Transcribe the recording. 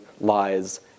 lies